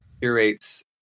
curates